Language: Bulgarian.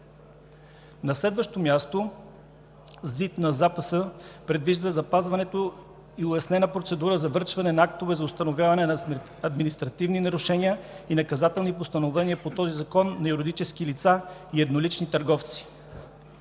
право и сродните му права предвижда създаването на улеснена процедура за връчване на актове за установяване на административни нарушения и наказателни постановления по този закон на юридически лица и еднолични търговци.